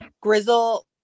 Grizzle